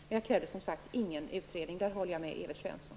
Men jag krävde som sagt ingen utredning. Där håller jag med Evert Svensson.